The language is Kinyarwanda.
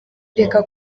reka